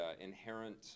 inherent